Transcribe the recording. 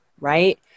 Right